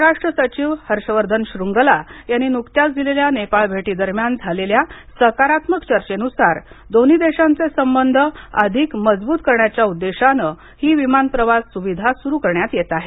परराष्ट्र सचिव हर्षवर्धन श्रुन्गला यांनी नुकत्याच दिलेल्या नेपाळ भेटी दरम्यान झालेल्या सकारात्मक चर्चेनुसार दोन्ही देशांचे संबंध अधिक मजबूत करण्याच्या उद्देशाने हि विमान प्रवास सुविधा सुरु करण्यात येत आहे